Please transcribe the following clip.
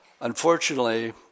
unfortunately